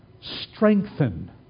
Strengthen